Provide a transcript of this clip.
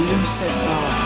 Lucifer